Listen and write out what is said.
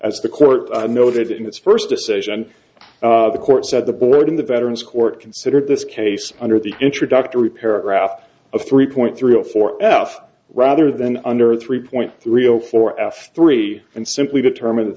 as the court noted in its first decision the court said the board in the veterans court considered this case under the introductory paragraph of three point three zero four f rather than under three point three zero four f three and simply determine